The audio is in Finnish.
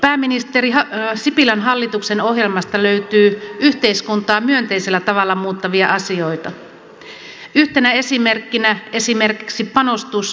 pääministeri sipilän hallituksen ohjelmasta löytyy yhteiskuntaa myönteisellä tavalla muuttavia asioita yhtenä esimerkkinä panostus tieverkkoon